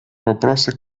вопросы